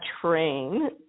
train